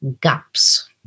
gaps